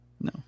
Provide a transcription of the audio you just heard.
No